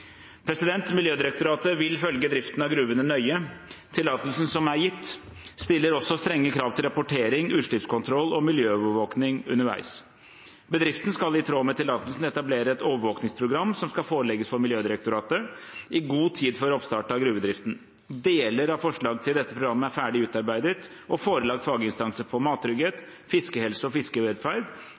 Miljødirektoratet vil følge driften av gruvene nøye. Tillatelsen som er gitt, stiller også strenge krav til rapportering, utslippskontroll og miljøovervåking underveis. Bedriften skal i tråd med tillatelsen etablere et overvåkingsprogram som skal forelegges for Miljødirektoratet i god tid før oppstart av gruvedriften. Deler av forslag til dette programmet er ferdig utarbeidet og forelagt faginstanser på mattrygghet, fiskehelse og fiskevelferd,